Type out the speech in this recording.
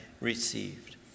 received